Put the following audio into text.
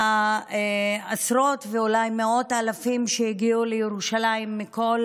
שעשרות ואולי מאות אלפים הגיעו לירושלים מכל